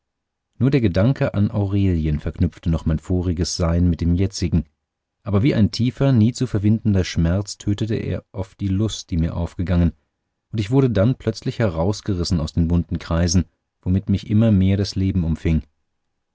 nur der gedanke an aurelien verknüpfte noch mein voriges sein mit dem jetzigen aber wie ein tiefer nie zu verwindender schmerz tötete er oft die lust die mir aufgegangen und ich wurde dann plötzlich herausgerissen aus den bunten kreisen womit mich immer mehr das leben umfing